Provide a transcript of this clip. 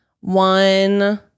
one